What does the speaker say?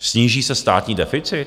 Sníží se státní deficit?